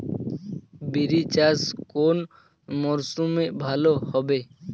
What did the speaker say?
বিরি চাষ কোন মরশুমে ভালো হবে?